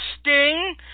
Sting